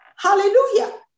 Hallelujah